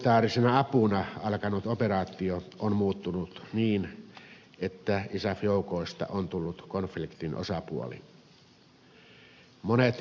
humanitaarisena apuna alkanut operaatio on muuttunut niin että isaf joukoista on tullut konfliktin osapuoli